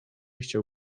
chciał